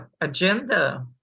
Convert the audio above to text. agenda